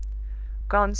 gone, sir.